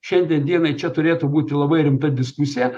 šiandien dienai čia turėtų būti labai rimta diskusija